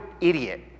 idiot